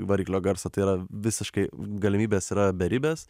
variklio garsą tai yra visiškai galimybės yra beribės